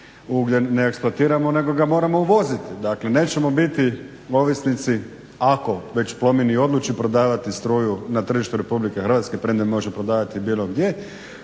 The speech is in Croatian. ugljen ne eksploatiramo nego ga moramo uvoziti. Dakle, nećemo biti ovisnici ako već Plomin i odluči prodavati struju na tržištu Republike Hrvatske, premda je može prodavati i bilo gdje